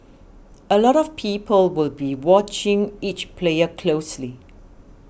a lot of people will be watching each player closely